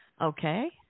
Okay